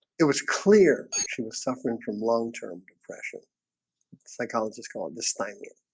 it was clear she was suffering from long-term depression psychologist called dysthymia